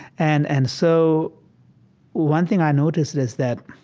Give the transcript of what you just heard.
and, and so one thing i noticed is that,